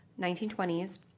1920s